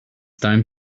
time